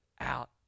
out